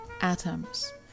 Atoms